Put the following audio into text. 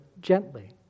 gently